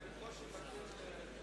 אני מבקשת להחזיר את זה.